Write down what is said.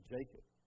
Jacob